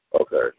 Okay